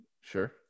Sure